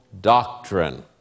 doctrine